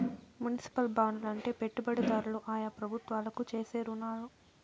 municipal బాండ్లు అంటే పెట్టుబడిదారులు ఆయా ప్రభుత్వాలకు చేసే రుణాలు